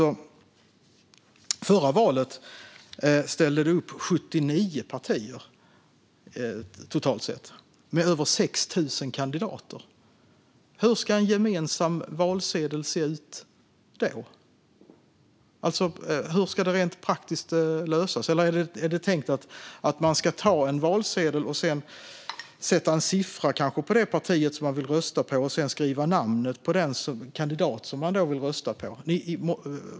I förra valet ställde det totalt upp 79 partier med över 6 000 kandidater. Hur ska en gemensam valsedel se ut då? Hur ska det rent praktiskt lösas? Eller är det tänkt att man ska ta en valsedel, sätta en siffra för det parti man vill rösta på och sedan skriva namnet på den kandidat man vill rösta på?